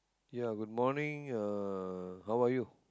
ya good morning uh how are you